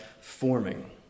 forming